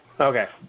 Okay